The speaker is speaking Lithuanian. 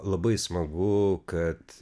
labai smagu kad